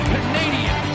Canadian